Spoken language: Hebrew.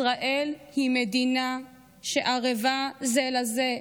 ישראל היא מדינה שערבה זה לזה.